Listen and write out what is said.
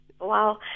Wow